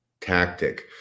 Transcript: tactic